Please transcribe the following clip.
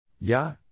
Ja